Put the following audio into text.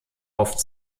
oft